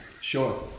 Sure